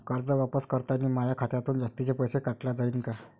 कर्ज वापस करतांनी माया खात्यातून जास्तीचे पैसे काटल्या जाईन का?